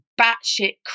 batshit